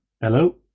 Hello